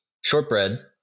shortbread